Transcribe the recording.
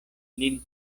lin